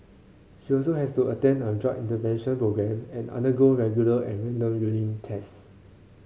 she also has to attend a drug intervention programme and undergo regular and random urine tests